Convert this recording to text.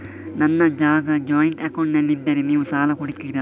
ನನ್ನ ಜಾಗ ಜಾಯಿಂಟ್ ಅಕೌಂಟ್ನಲ್ಲಿದ್ದರೆ ನೀವು ಸಾಲ ಕೊಡ್ತೀರಾ?